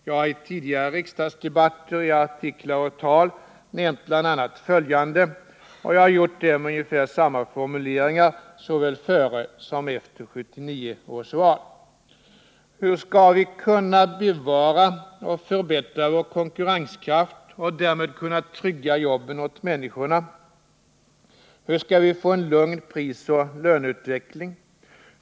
Jag har i tidigare riksdagsdebatter, i artiklar och i tal nämnt bl.a. följande — och jag har gjort det med ungefär samma formuleringar såväl före som efter 1979 års val: Hur skall vi kunna bevara och förbättra vår konkurrenskraft och därmed trygga jobben åt människorna? Hur skall vi få en lugn prisoch löneutveckling?